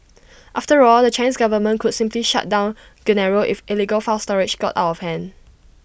after all the Chinese government could simply shut down Genaro if illegal file storage got out of hand